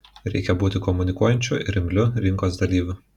reikia būti komunikuojančiu ir imliu rinkos dalyviu